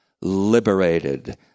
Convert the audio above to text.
liberated